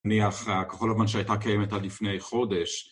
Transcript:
נהיה אחריה, כחול לבן שהייתה קיימת עד לפני חודש.